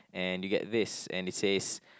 and you get this and it says